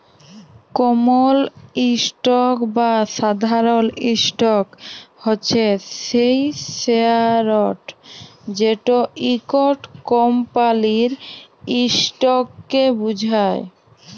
কমল stock বা সাধারল stock হছে সেই শেয়ারট যেট ইকট কমপালির ইসটককে বুঝায়